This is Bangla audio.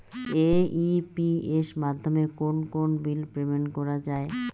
এ.ই.পি.এস মাধ্যমে কোন কোন বিল পেমেন্ট করা যায়?